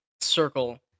circle